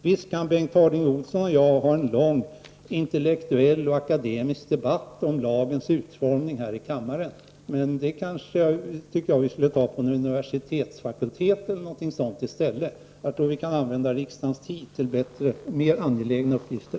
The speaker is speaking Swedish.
Visst kan Bengt Harding Olson och jag ha en lång och intellektuell och akademisk diskussion här i riksdagen om lagens utformning, men den kanske vi skall ta ute på en universitetsfakultet i stället. Jag tror att vi kan använda riksdagens tid till mer angelägna uppgifter.